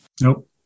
Nope